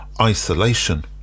isolation